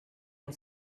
and